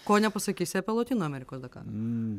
ko nepasakysi apie lotynų amerikos dakarą